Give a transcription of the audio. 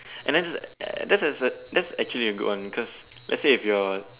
and then that's the that's actually a good one cause let's say if you're